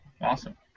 Awesome